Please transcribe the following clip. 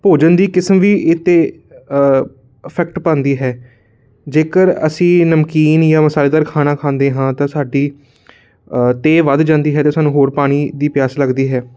ਭੋਜਨ ਦੀ ਕਿਸਮ ਵੀ ਇਹਤੇ ਇਫੈਕਟ ਪੈਂਦੀ ਹੈ ਜੇਕਰ ਅਸੀਂ ਨਮਕੀਨ ਜਾਂ ਮਸਾਲੇਦਾਰ ਖਾਣਾ ਖਾਂਦੇ ਹਾਂ ਤਾਂ ਸਾਡੀ ਅਤੇ ਇਹ ਵੱਧ ਜਾਂਦੀ ਹੈ ਅਤੇ ਸਾਨੂੰ ਹੋਰ ਪਾਣੀ ਦੀ ਪਿਆਸ ਲੱਗਦੀ ਹੈ